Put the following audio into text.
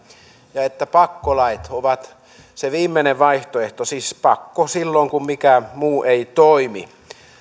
ja että pakkolait ovat se viimeinen vaihtoehto siis pakko silloin kun mikään muu ei toimi